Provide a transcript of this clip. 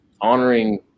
honoring